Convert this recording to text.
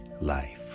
life